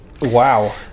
Wow